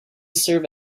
serve